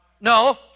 No